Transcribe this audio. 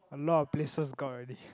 a lot of places got already